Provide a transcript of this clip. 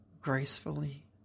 gracefully